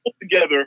together